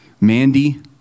Mandy